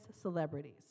celebrities